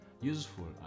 useful